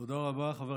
תודה רבה, חבר